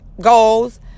goals